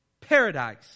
paradise